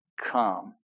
come